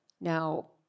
Now